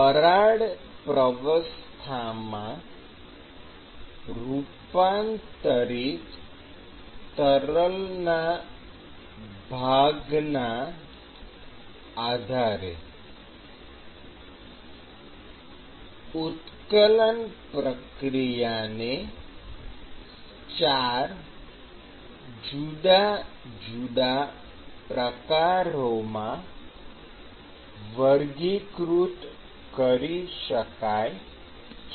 વરાળ પ્રાવસ્થામાં રૂપાંતરિત તરલના ભાગના આધારે ઉત્કલન પ્રક્રિયાને ચાર જુદા જુદા પ્રકારોમાં વર્ગીકૃત કરી શકાય છે